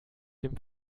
dem